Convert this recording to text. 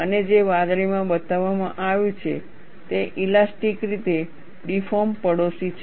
અને જે વાદળીમાં બતાવવામાં આવ્યું છે તે ઇલાસ્ટીક રીતે ડિફૉર્મ પડોશી છે